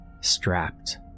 strapped